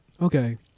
Okay